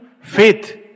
faith